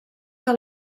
que